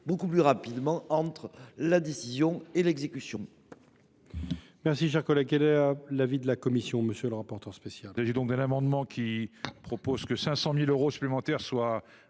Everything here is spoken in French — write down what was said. beaucoup plus rapidement entre la décision et l’exécution.